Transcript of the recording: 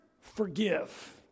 Forgive